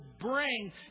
bring